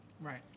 Right